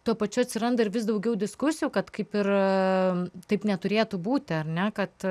tuo pačiu atsiranda ir vis daugiau diskusijų kad kaip ir taip neturėtų būti ar ne kad